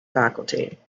faculty